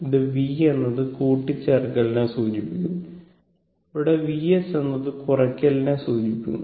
ഇത് v എന്നത് കൂട്ടിച്ചേർക്കലിനെ സൂചിപ്പിക്കുന്നു ഇവിടെ Vs എന്നത് കുറയ്ക്കലിനെ സൂചിപ്പിക്കുന്നു